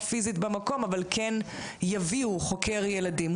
פיזית במקום אבל כן יביאו חוקר ילדים,